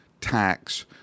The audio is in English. tax